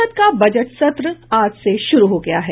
संसद का बजट सत्र आज से शुरू हो गया है